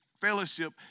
fellowship